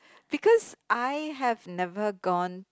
because I have never gone